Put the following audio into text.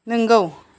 नंगौ